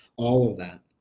all of that.